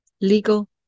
Legal